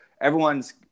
everyone's